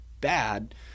bad